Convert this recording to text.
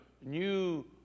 new